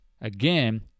Again